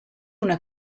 una